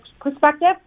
perspective